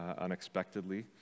unexpectedly